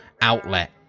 outlet